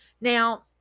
Now